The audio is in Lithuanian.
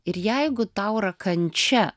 ir jeigu tau yra kančia